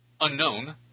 Unknown